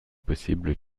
possible